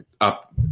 up